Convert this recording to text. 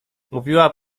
mówiła